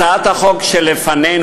הצעת החוק שלפנינו,